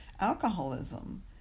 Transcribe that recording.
alcoholism